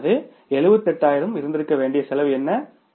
அது 78000 இருந்திருக்க வேண்டிய செலவு என்ன76000